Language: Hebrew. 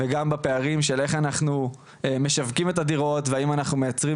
וגם בפערים של איך אנחנו משווקים את הדירות והאם אנחנו מייצרים